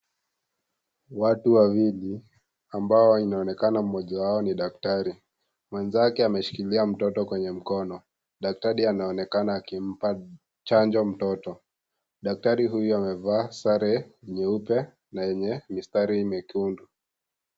Watu wawili ambao wanaonekana mmoja wao ni daktari mwenzake ameshikilia mtoto kwenye mkono. Daktari anaonekana akimpa chanjo mtoto , daktari huyo amevaa sare nyeupe lenye mistari .